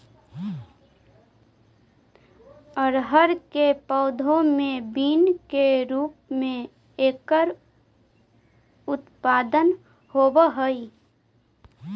अरहर के पौधे मैं बीन के रूप में एकर उत्पादन होवअ हई